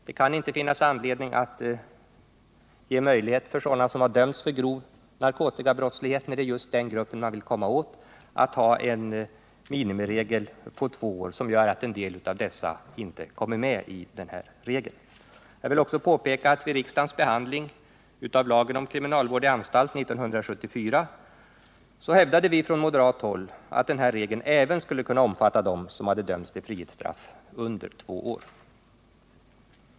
Det finns inte anledning att för sådana personer som dömts för grova narkotikabrott — när det är just denna grupp man vill komma åt — ha en minimiregel på två år, som gör att en del av dessa dömda inte omfattas av regeln. Vid riksdagens behandling 1974 av lagen om kriminalvård i anstalt hävdade vi från moderat håll att denna regel även skulle kunna omfatta dem som dömts till frihetsstraff kortare än två år.